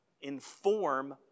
inform